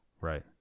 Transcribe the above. Right